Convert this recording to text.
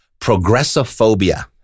progressophobia